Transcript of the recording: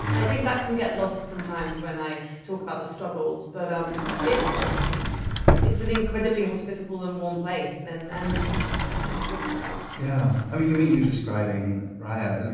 i think that can get lost sometimes when i talk about the struggles but um it's it's an incredibly hospitable and warm place, and and that isn't isn't talked about yeah um even you describing raya,